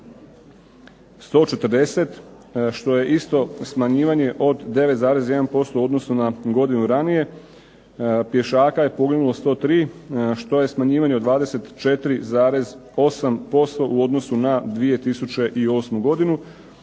140 što je isto smanjivanje od 9,1% u odnosu na godinu ranije. Pješaka je poginulo 103 što je smanjivanje od 24,8% u odnosu na 2008. godinu.